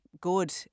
good